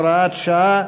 הוראת שעה),